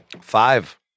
five